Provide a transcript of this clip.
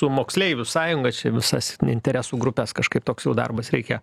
su moksleivių sąjunga čia visas interesų grupes kažkaip toks jau darbas reikia